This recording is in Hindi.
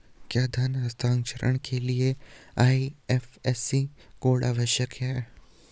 क्या धन हस्तांतरण के लिए आई.एफ.एस.सी कोड आवश्यक है?